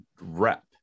rep